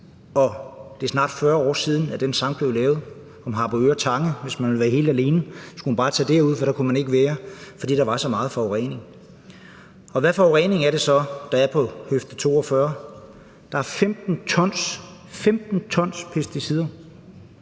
Det er snart 40 år siden, at den sang blev lavet om Harboøre Tange. Hvis man ville være helt alene, skulle man bare tage derud, for der ville ingen være, fordi der var så meget forurening. Hvad er det så for en forurening, der er ved Høfde 42? Der er 15 t – 15 t – pesticider,